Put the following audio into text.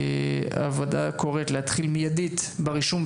הוועדה קוראת להתחיל מידית ברישום.